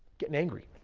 getting angry.